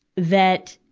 that,